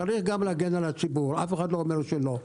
צריך להגן גם על הציבור, אף אחד לא אומר שלא.